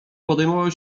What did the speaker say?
podejmował